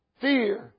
fear